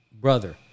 brother